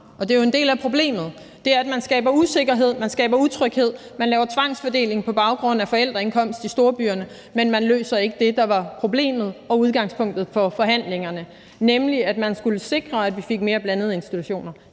egne svar. Og en del af problemet er jo, at man skaber usikkerhed og utryghed. Man laver tvangsfordeling på baggrund af forældreindkomst i storbyerne, men man løser ikke det, der er problemet og udgangspunktet for forhandlingerne, nemlig at det skulle sikres, at vi fik mere blandede institutioner.